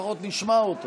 לפחות נשמע אותו.